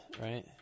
right